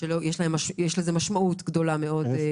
שיש לזה משמעות גדולה מאוד.